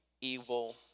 evil